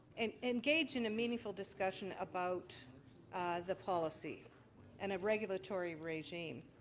and engage in a meaningful discussion about the policy and a regulatory regime.